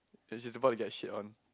and she's about to get shit on